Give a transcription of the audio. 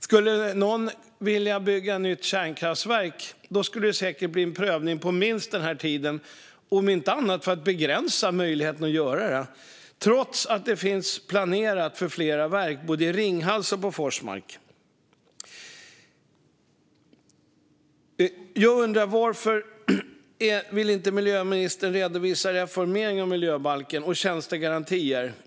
Skulle någon vilja bygga ett nytt kärnkraftverk skulle det säkert bli en prövning på minst den tiden om inte annat för att begränsa möjligheten att göra det, trots att det finns planerat för flera verk både i Ringhals och Forsmark. Jag undrar varför miljöministern inte vill reformera miljöbalken och ta fram tjänstegarantier.